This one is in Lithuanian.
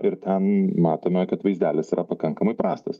ir ten matome kad vaizdelis yra pakankamai prastas